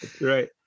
Right